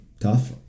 tough